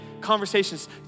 conversations